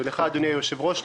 וגם לך אדוני היושב-ראש,